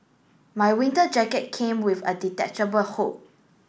my winter jacket came with a detachable hood